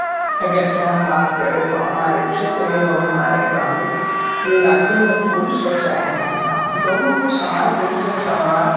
अगर से हम बात करें तो हमारे क्षेत्र एवं हमारे ग्रामीण इलाकें मे पुरुष सोचा है महिला हो दोनों को समान रूप से सम्मान